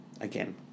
again